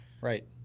Right